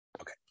Okay